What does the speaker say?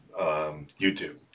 YouTube